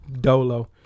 dolo